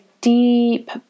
deep